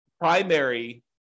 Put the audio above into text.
primary